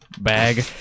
bag